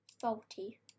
faulty